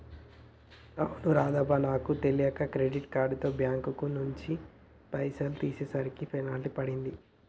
అవును రాధవ్వ నాకు తెలియక క్రెడిట్ కార్డుతో బ్యాంకు నుంచి పైసలు తీసేసరికి పెనాల్టీ పడింది